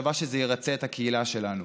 במחשבה שזה ירצה את הקהילה שלנו.